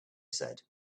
said